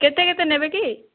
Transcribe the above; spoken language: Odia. କେତେ କେତେ ନେବେକି